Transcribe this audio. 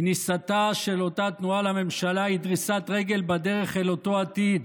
כניסתה של אותה תנועה לממשלה היא דריסת רגל בדרך אל אותו עתיד,